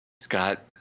Scott